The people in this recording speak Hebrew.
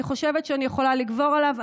אני חושבת שאני יכולה לגבור עליו,